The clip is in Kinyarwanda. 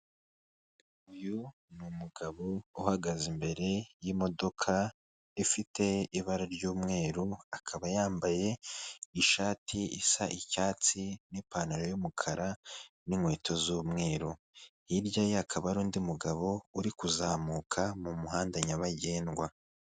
Uyu ni umugabo uhagaze imbere y'imodoka ifite ibara ry'umweru, akaba yambaye ishati isa icyatsi n'ipantaro y'umukara n'inkweto z'umweru, hirya ye hakaba hari undi mugabo uri kuzamuka mu muhanda nyabagendwa.